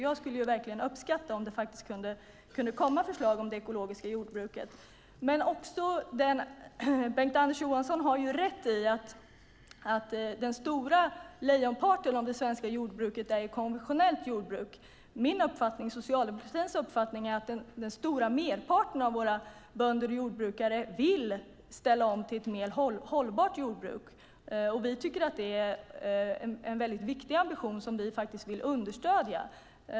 Jag skulle verkligen uppskatta om det kunde komma förslag om det ekologiska jordbruket. Bengt-Anders Johansson har ju rätt i att lejonparten av det svenska jordbruket är konventionellt jordbruk. Min och Socialdemokraternas uppfattning är att den stora merparten av våra bönder och jordbrukare vill ställa om till ett mer hållbart jordbruk. Vi tycker att det är en väldigt viktig ambition som vi faktiskt vill understödja.